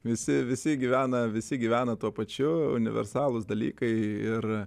visi visi gyvena visi gyvena tuo pačiu universalūs dalykai ir